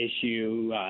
issue